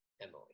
Emily